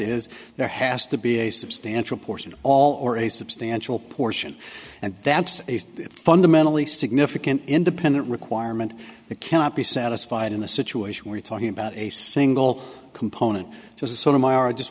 is there has to be a substantial portion of all or a substantial portion and that's a fundamentally significant independent requirement that cannot be satisfied in a situation where you're talking about a single component to sort of my are i just